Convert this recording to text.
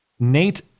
Nate